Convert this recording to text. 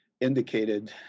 indicated